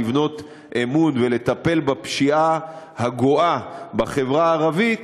לבנות אמון ולטפל בפשיעה הגואה בחברה הערבית,